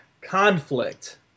conflict